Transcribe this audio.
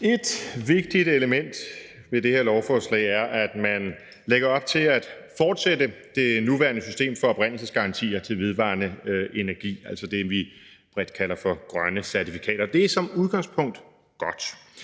Et vigtigt element ved det her lovforslag er, at man lægger op til at fortsætte det nuværende system for oprindelsesgarantier til vedvarende energi, altså det, vi bredt kalder for grønne certifikater. Det er som udgangspunkt godt,